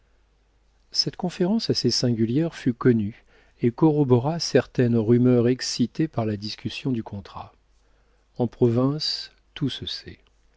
cette conférence assez singulière fut connue et corrobora certaines rumeurs excitées par la discussion du contrat en province tout se sait